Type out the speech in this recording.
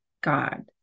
God